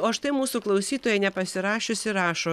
o štai mūsų klausytoja nepasirašiusi rašo